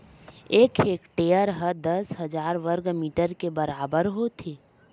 एक हेक्टेअर हा दस हजार वर्ग मीटर के बराबर होथे